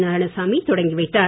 நாராயணசாமி தொடங்கி வைத்தார்